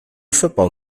football